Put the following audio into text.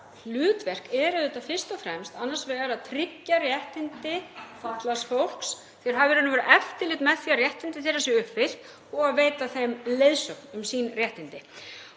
hlutverk er auðvitað fyrst og fremst annars vegar að tryggja réttindi fatlaðs fólks, þeir hafa í raun og veru eftirlit með því að réttindi þeirra séu uppfyllt og að veita þeim leiðsögn um sín réttindi.